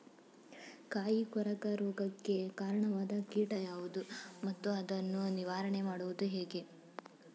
ಕಾಯಿ ಕೊರಕ ರೋಗಕ್ಕೆ ಕಾರಣವಾದ ಕೀಟ ಯಾವುದು ಮತ್ತು ಅದನ್ನು ನಿವಾರಣೆ ಮಾಡುವುದು ಹೇಗೆ?